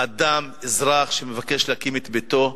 אדם, אזרח, שמבקש להקים את ביתו,